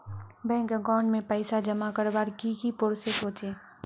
Bank account में पैसा जमा करवार की की प्रोसेस होचे?